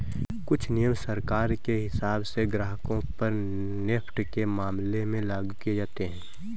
कुछ नियम सरकार के हिसाब से ग्राहकों पर नेफ्ट के मामले में लागू किये जाते हैं